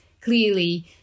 clearly